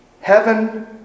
Heaven